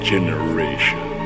Generation